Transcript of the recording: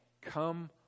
Come